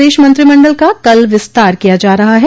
प्रदेश मंत्रिमंडल का कल विस्तार किया जा रहा है